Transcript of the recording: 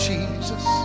Jesus